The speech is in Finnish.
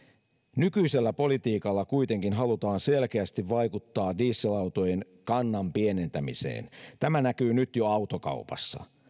nykyisellä politiikalla kuitenkin halutaan selkeästi vaikuttaa dieselautojen kannan pienentämiseen tämä näkyy nyt jo autokaupassa